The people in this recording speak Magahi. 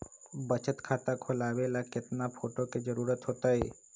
बचत खाता खोलबाबे ला केतना फोटो के जरूरत होतई?